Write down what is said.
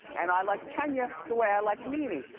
and i like kenya the way i like nene,